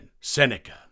Seneca